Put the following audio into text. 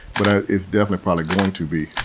but ah it's definitely probably going to be.